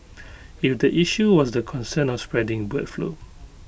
if the issue was the concern of spreading bird flu